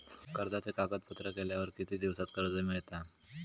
कर्जाचे कागदपत्र केल्यावर किती दिवसात कर्ज मिळता?